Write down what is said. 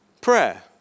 Prayer